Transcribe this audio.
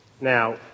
Now